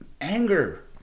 anger